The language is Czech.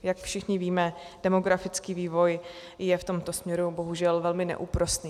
Jak všichni víme, demografický vývoj je v tomto směru bohužel velmi neúprosný.